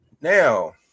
Now